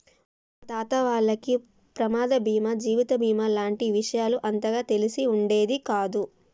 మా తాత వాళ్లకి ప్రమాద బీమా జీవిత బీమా లాంటి విషయాలు అంతగా తెలిసి ఉండేది కాదు